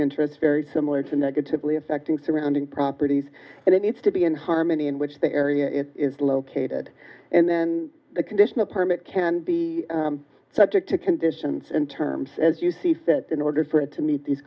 interest very similar to negatively affecting surrounding properties and it needs to be in harmony in which the area is located and then the conditional permit can be subject to conditions and terms as you see fit in order for it to meet these